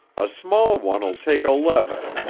a small one'll take eleven,